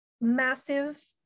massive